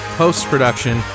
post-production